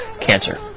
Cancer